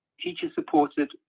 teacher-supported